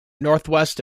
northwest